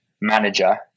manager